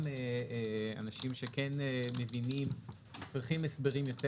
גם אנשים שכן מבינים צריכים הסברים יותר